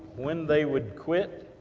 when they would quit,